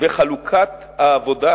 וחלוקת העבודה,